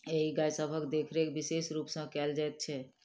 एहि गाय सभक देखरेख विशेष रूप सॅ कयल जाइत छै